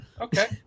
Okay